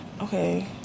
Okay